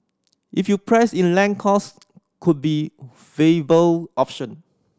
if you price in land cost could be a option